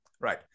right